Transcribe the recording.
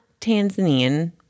Tanzanian